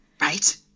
Right